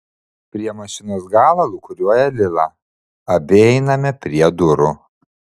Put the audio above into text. prie mašinos galo lūkuriuoja lila abi einame prie durų